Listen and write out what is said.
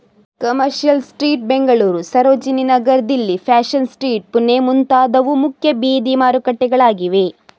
commercial street Bengaluru, Sarojini Nagar Delhi, fashion street Pune ಮುಂತಾದವು ಮುಖ್ಯ ಬೀದಿ ಮಾರುಕಟ್ಟೆಗಳಾಗಿವೆ